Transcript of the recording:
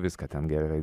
viską ten gerai